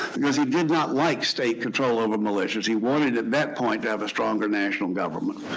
because he did not like state control over militias. he wanted, at that point, to have a stronger national government.